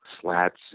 slats